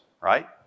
right